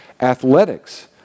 athletics